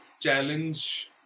challenge